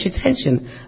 attention